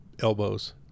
elbows